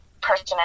person